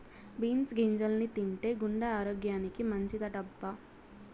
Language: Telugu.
బీన్స్ గింజల్ని తింటే గుండె ఆరోగ్యానికి మంచిదటబ్బా